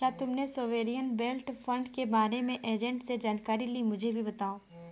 क्या तुमने sovereign wealth fund के बारे में एजेंट से जानकारी ली, मुझे भी बताओ